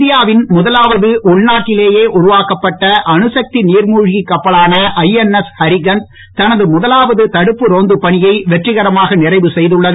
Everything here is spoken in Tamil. இந்தியாவின் முதலாவது உள்நாட்டிலேயே உருவாக்கப்பட்ட அணுசக்தி நீர்மூழ்கி கப்பலான ஐஎன்எஸ் ஹரிகந்த் தனது முதலாவது தடுப்பு ரோந்துப் பணியை வெற்றிகரமாக நிறைவு செய்துள்ளது